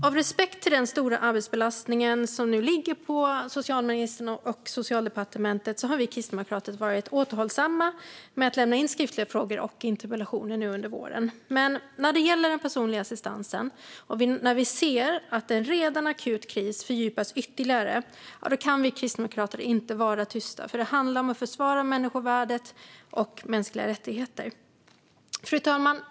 Av respekt för den stora arbetsbelastning som nu ligger på socialministern och Socialdepartementet har vi kristdemokrater under våren varit återhållsamma med att lämna in skriftliga frågor och interpellationer. Men när det gäller den personliga assistansen och vi ser att en redan akut kris fördjupas ytterligare kan vi kristdemokrater inte vara tysta. Det handlar om att försvara människovärdet och mänskliga rättigheter. Fru talman!